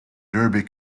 derby